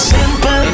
Simple